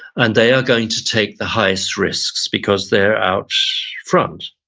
and they are going to take the highest risks, because they're out front.